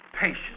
patience